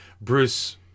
Bruce